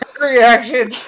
reaction